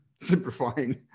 simplifying